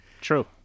True